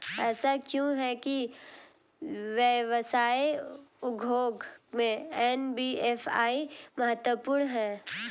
ऐसा क्यों है कि व्यवसाय उद्योग में एन.बी.एफ.आई महत्वपूर्ण है?